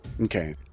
Okay